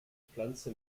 pflanze